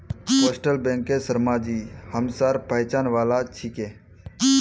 postal बैंकेर शर्माजी हमसार पहचान वाला छिके